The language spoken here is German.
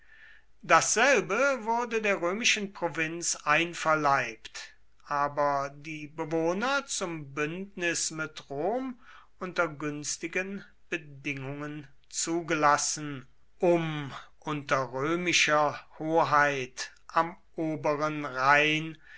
dasselbe wurde der römischen provinz einverleibt aber die bewohner zum bündnis mit rom unter günstigen bedingungen zugelassen um unter römischer hoheit am oberen rhein